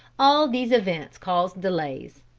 all these events caused delays.